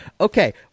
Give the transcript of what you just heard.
okay